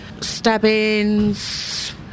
Stabbings